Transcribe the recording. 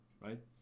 right